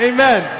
Amen